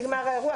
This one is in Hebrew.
נגמר האירוע,